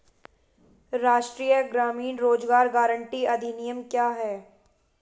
राष्ट्रीय ग्रामीण रोज़गार गारंटी अधिनियम क्या है?